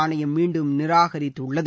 ஆணையம் மீண்டும் நிராகரித்துள்ளது